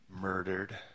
murdered